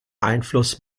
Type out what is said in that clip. einfluss